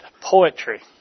poetry